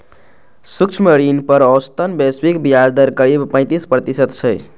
सूक्ष्म ऋण पर औसतन वैश्विक ब्याज दर करीब पैंतीस प्रतिशत छै